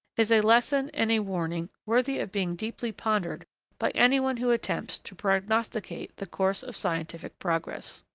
is a lesson and a warning worthy of being deeply pondered by anyone who attempts to prognosticate the course of scientific progress.